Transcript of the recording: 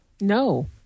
No